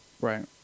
Right